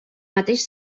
mateix